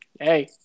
Hey